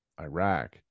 Iraq